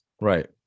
Right